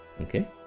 okay